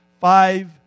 Five